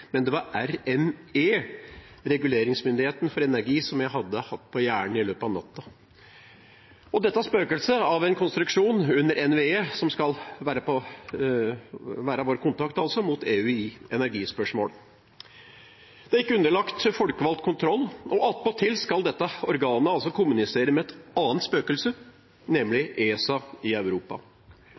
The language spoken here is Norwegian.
men det var RME, Reguleringsmyndigheten for energi, jeg hadde hatt på hjernen i løpet av natta. Dette spøkelset av en konstruksjon under NVE skal altså være vår kontakt mot EU i energispørsmål. Det er ikke underlagt folkevalgt kontroll, og attpåtil skal dette organet kommunisere med et annet spøkelse, nemlig ESA i Europa.